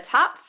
Top